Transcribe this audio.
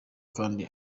kandi